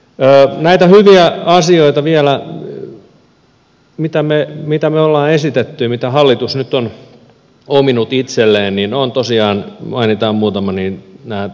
näistä hyvistä asioista vielä mitä me olemme esittäneet ja mitä hallitus nyt on ominut itselleen mainitsen muutaman